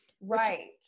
Right